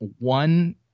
one